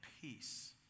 peace